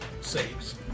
saves